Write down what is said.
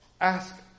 Ask